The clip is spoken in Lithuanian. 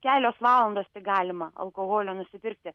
kelios valandos galima alkoholio nusipirkti